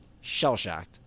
Shell-shocked